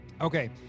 Okay